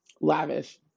lavish